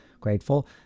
grateful